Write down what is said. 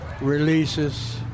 releases